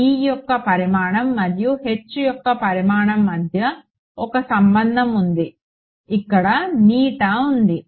E యొక్క పరిమాణం మరియు H యొక్క పరిమాణం మధ్య ఒక సంబంధం ఉంది ఇక్కడ ఉంది